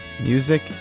music